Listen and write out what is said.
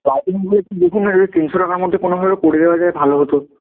একটু দেখুন না যদি তিনশো টাকার মধ্যে কোনো ভাবে করে দেওয়া যায় ভালো হতো